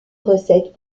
recettes